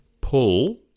pull